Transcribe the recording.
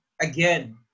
again